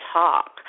talk